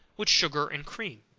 with sugar and cream.